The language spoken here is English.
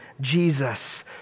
Jesus